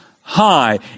High